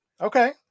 Okay